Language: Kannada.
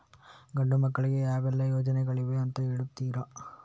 ಗಂಡು ಮಕ್ಕಳಿಗೆ ಯಾವೆಲ್ಲಾ ಯೋಜನೆಗಳಿವೆ ಅಂತ ಹೇಳ್ತೀರಾ?